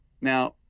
now